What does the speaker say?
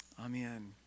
Amen